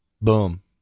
boom